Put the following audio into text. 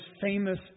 famous